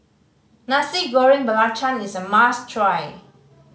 Nasi Goreng Belacan is a must try